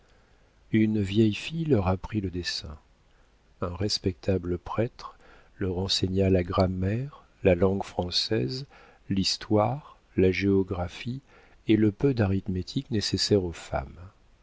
une vieille fille leur apprit le dessin un respectable prêtre leur enseigna la grammaire la langue française l'histoire la géographie et le peu d'arithmétique nécessaire aux femmes